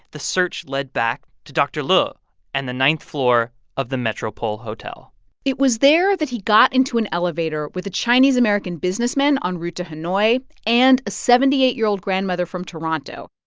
the search led back to dr. liu and the ninth floor of the metropole hotel it was there that he got into an elevator with a chinese-american businessman en route to hanoi and a seventy eight year old grandmother from toronto.